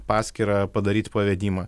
paskyrą padaryt pavedimą